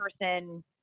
person